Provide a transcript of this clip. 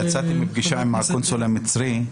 יצאתי מפגישה עם הקונסול המצרי,